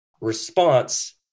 response